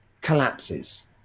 collapses